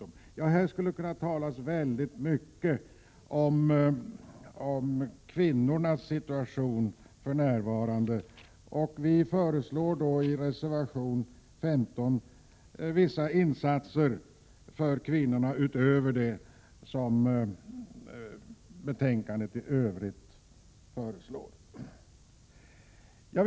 Man skulle här kunna tala väldigt mycket om kvinnornas situation just då. I reservation 15 föreslår vi vissa insatser för kvinnorna utöver dem som i övrigt föreslås i betänkandet.